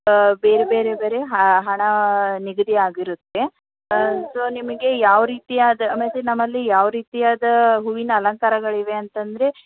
ಬೇರೆ ಬೇರೆ ಬೇರೆ ಹಾ ಹಣ ನಿಗದಿಯಾಗಿರುತ್ತೆ ಸೊ ನಿಮಗೆ ಯಾವ ರೀತಿಯಾದ ಐ ಮೀನ್ ನಮ್ಮಲ್ಲಿ ಯಾವ ರೀತಿಯಾದ ಹೂವಿನ ಅಲಂಕಾರಗಳಿವೆ ಅಂತಂದರೆ